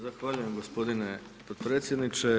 Zahvaljujem gospodine podpredsjedniče.